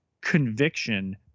conviction